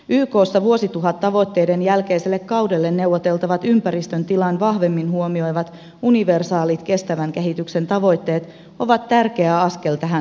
ykssa vuosituhattavoitteiden jälkeiselle kaudelle neuvoteltavat ympäristön tilan vahvemmin huomioivat universaalit kestävän kehityksen tavoitteet ovat tärkeä askel tähän suuntaan